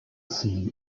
scene